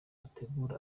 ategura